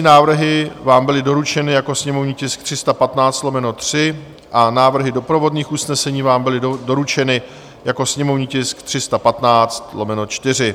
Pozměňovací návrhy vám byly doručeny jako sněmovní tisk 315/3 a návrhy doprovodných usnesení vám byly doručeny jako sněmovní tisk 315/4.